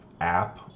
app